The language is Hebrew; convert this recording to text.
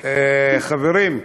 חברים,